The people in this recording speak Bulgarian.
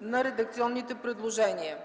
на редакционните предложения.